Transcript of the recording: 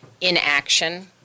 inaction